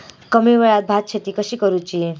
कमी वेळात भात शेती कशी करुची?